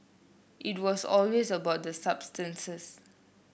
it was always about the substances